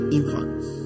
infants